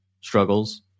struggles